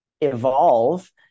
evolve